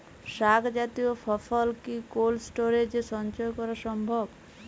শাক জাতীয় ফসল কি কোল্ড স্টোরেজে সঞ্চয় করা সম্ভব?